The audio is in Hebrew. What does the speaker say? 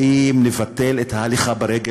האם לבטל את ההליכה ברגל,